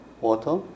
water